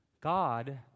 God